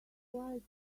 requires